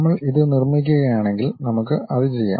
നമ്മൾ ഇത് നിർമ്മിക്കുകയാണെങ്കിൽ നമുക്ക് അത് ചെയ്യാം